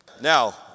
Now